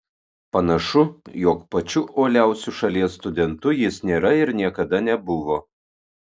panašu jog pačiu uoliausiu šalies studentu jis nėra ir niekada nebuvo